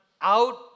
out